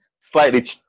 slightly